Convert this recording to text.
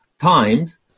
times